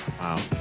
Wow